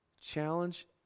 challenge